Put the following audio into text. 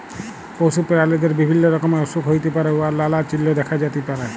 পশু পেরালিদের বিভিল্য রকমের অসুখ হ্যইতে পারে উয়ার লালা চিল্হ দ্যাখা যাতে পারে